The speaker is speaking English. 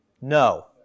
No